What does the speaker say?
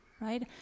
Right